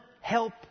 Help